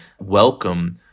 welcome